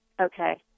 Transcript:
Okay